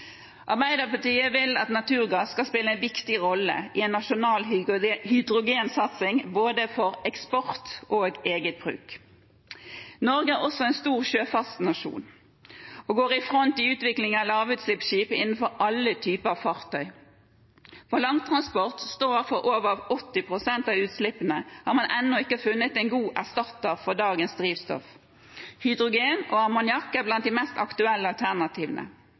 Arbeiderpartiet vil at naturgass skal spille en viktig rolle i en nasjonal hydrogensatsing, både for eksport og egen bruk. Norge er også en stor sjøfartsnasjon og går i front i utviklingen av lavutslippsskip innenfor alle typer fartøy. På langtransport, som står for over 80 pst. av utslippene, har man ennå ikke funnet en god erstatter for dagens drivstoff. Hydrogen og ammoniakk er blant de mest aktuelle alternativene.